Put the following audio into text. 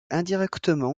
indirectement